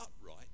upright